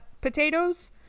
potatoes